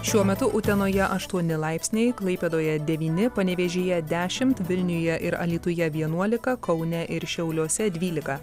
šiuo metu utenoje aštuoni laipsniai klaipėdoje devyni panevėžyje dešimt vilniuje ir alytuje vienuolika kaune ir šiauliuose dvylika